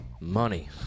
Money